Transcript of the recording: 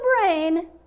brain